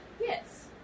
Yes